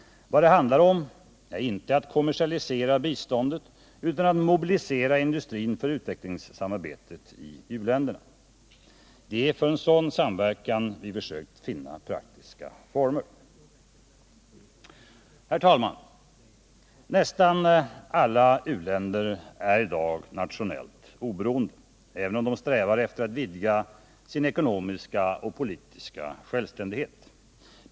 Vad det handlar om är inte att kommersialisera biståndet utan att mobilisera industrin för utvecklingsarbetet i u-länderna. Det är för en sådan samverkan vi försökt finna praktiska former. Herr talman! Nästan alla u-länder är i dag nationellt oberoende, även om de strävar efter att vidga sin ekonomiska och politiska självständighet.